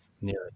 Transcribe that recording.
Nearly